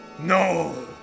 No